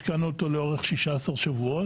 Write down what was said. השקענו אותו לאורך 16 שבועות,